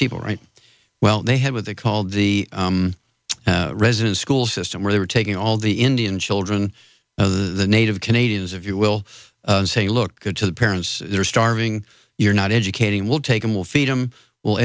people right well they had what they called the resident school system where they were taking all the indian children the native canadians if you will and say look good to the parents they're starving you're not educating we'll take them we'll feed them well